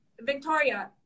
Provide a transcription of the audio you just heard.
Victoria